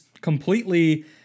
completely